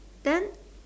then